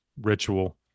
ritual